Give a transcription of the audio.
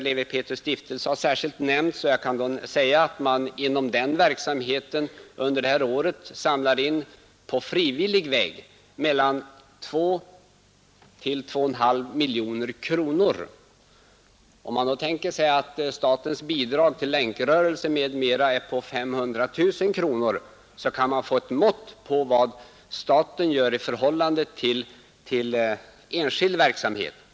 Lewi Pethrus” stiftelse har särskilt nämnts, och jag kan säga att man inom den verksamheten under det här året på frivillig väg samlat in mellan 2 och 2,5 miljoner kronor. Om man då tänker på att statens bidrag till länkrörelsen m,. m. är 500 000 kronor, kan man få ett mått på vad staten gör i förhållande till enskild verksamhet.